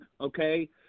okay